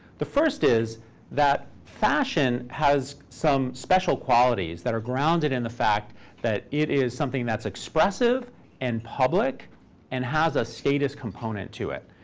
the first is that fashion has some special qualities that are grounded in the fact that it is something that's expressive and public and has a status component to it.